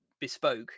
bespoke